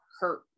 hurt